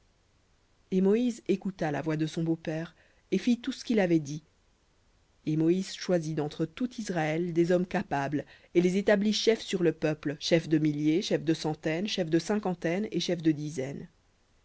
et moïse écouta la voix de son beau-père et fit tout ce qu'il avait dit et moïse choisit d'entre tout israël des hommes capables et les établit chefs sur le peuple chefs de milliers chefs de centaines chefs de cinquantaines et chefs de dizaines